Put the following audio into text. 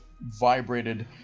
vibrated